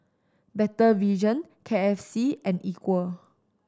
Better Vision K F C and Equal